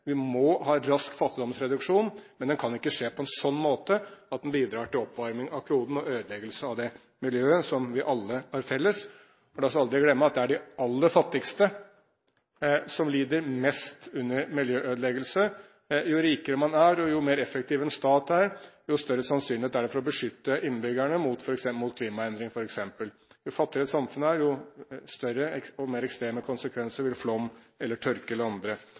Vi må ha en rask fattigdomsreduksjon, men den kan ikke skje på en slik måte at den bidrar til oppvarming av kloden og ødeleggelse av det miljøet som vi alle har felles. La oss aldri glemme at det er de aller fattigste som lider mest under miljøødeleggelser. Jo rikere man er, og jo mer effektiv en stat er, jo større sannsynlighet er det for å kunne beskytte innbyggerne mot f.eks. klimaendringer. Jo fattigere et samfunn er, jo større og mer ekstreme konsekvenser vil flom, tørke eller andre